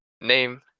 name